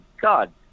god